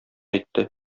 әйтте